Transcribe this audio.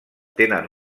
tenen